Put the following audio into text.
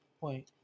point